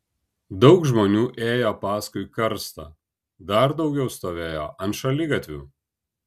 daug žmonių ėjo paskui karstą dar daugiau stovėjo ant šaligatvių